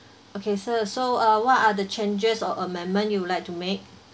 okay sir so uh what are the changes or amendment you would like to make